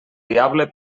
diable